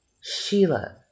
Sheila